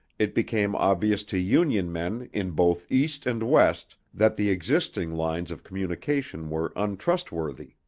it became obvious to union men in both east and west that the existing lines of communication were untrustworthy.